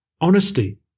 honesty